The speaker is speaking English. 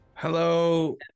Hello